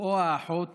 או האחות